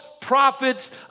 prophets